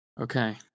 Okay